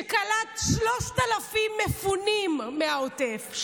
שקלט 3,000 מפונים מהעוטף.